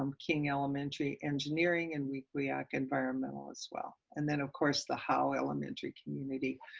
um king elementary engineering and wequiock environmental as well, and then of course the howe elementary community.